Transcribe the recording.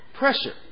Pressure